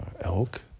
elk